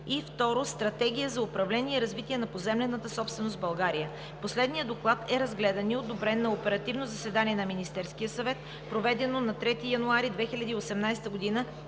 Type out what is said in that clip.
2. Стратегия за управление, развитие на поземлената собственост в България. Последният доклад е разгледан и одобрен на Оперативно заседание на Министерския съвет, проведено на 3 януари 2018 г.